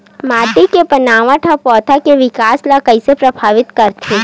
माटी के बनावट हा पौधा के विकास ला कइसे प्रभावित करथे?